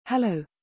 Hello